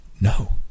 no